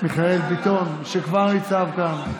מיכאל ביטון, שכבר ניצב כאן.